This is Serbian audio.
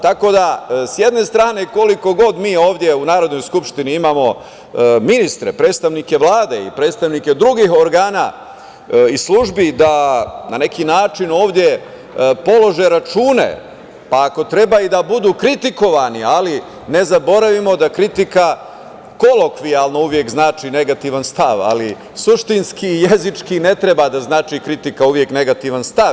Tako da, sa jedne strane, koliko god mi ovde u Narodnoj skupštini imamo ministre, predstavnike Vlade i predstavnike drugih organa iz službi, da na neki način ovde polože račune, pa ako treba i da budu kritikovani, ali ne zaboravimo da kritika kolokvijalno uvek znači negativan stav, ali suštinski i jezički ne treba da znači kritika uvek negativan stav.